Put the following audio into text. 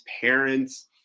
parents